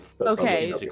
Okay